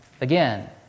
Again